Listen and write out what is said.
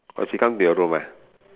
oh she come to your room ah